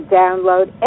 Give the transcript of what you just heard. download